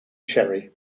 cherry